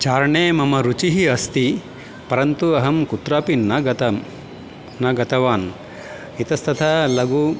चारणे मम रुचिः अस्ति परन्तु अहं कुत्रापि न गतं न गतवान् इतस्ततः लघु